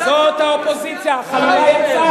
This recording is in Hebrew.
זאת האופוזיציה החלולה.